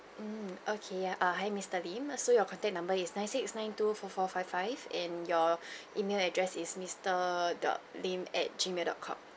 mm okay ya err hi mister lim so your contact number is nine six nine two four four five five and your email address is mister dot lim at gmail dot com